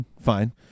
fine